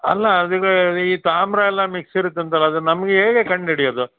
ಅಲ್ಲ ಅದೀಗ ಈ ತಾಮ್ರ ಎಲ್ಲ ಮಿಕ್ಸ್ ಇರುತ್ತಂತಲ್ಲ ಅದು ನಮಗೆ ಹೇಗೆ ಕಂಡಿಡಿಯೋದು